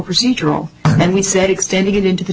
procedural and we said extending it into the